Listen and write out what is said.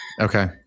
Okay